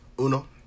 uno